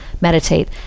meditate